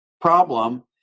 problem